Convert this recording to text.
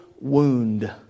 wound